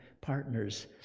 partners